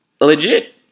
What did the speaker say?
legit